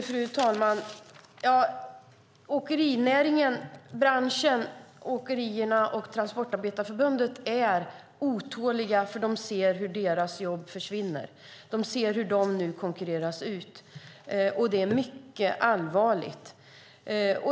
Fru talman! Åkerinäringen, branschen, åkerierna och Transportarbetareförbundet är otåliga, för de ser hur deras jobb försvinner. De ser hur de nu konkurreras ut. Det är mycket allvarligt.